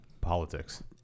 politics